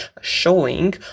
showing